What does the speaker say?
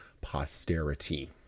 posterity